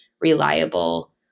reliable